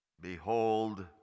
Behold